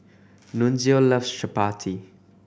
Nunzio loves Chapati